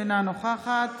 אינה נוכחת